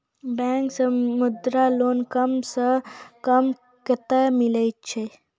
Bank से Mudra loan कम सऽ कम कतैय मिलैय छै?